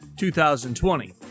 2020